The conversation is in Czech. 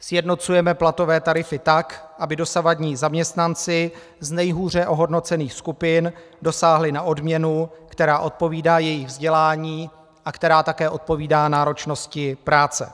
Sjednocujeme platové tarify tak, aby dosavadní zaměstnanci z nejhůře ohodnocených skupin dosáhli na odměnu, která odpovídá jejich vzdělání a která také odpovídá náročnosti práce.